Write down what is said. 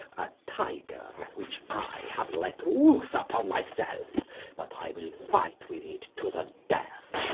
a tiger which i have let loose upon myself but i will fight with it to the death.